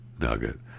nugget